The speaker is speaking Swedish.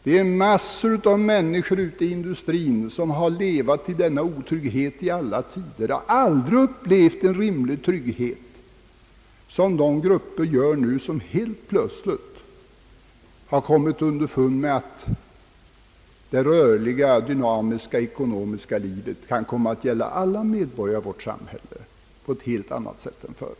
Det finns också en mängd människor inom industrien som i alla tider har levt under denna otrygghet, som aldrig har upplevt en rimlig trygghet på samma sätt som de grupper, vilka nu helt plötsligt har kommit underfund med att det rörliga dynamiska ekonomiska livet kan komma att gälla alla medborgare i vårt samhälle på ett helt annat sätt än förr.